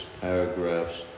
paragraphs